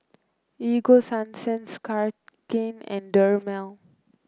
Ego Sunsense Cartigain and Dermale